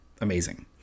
Amazing